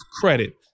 credit